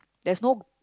there's no